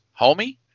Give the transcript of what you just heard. homie